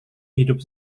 hidup